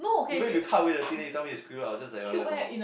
even if you cut away the thing then you tell me is squirrel I'll just like ugh no